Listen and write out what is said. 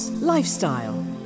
Lifestyle